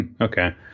Okay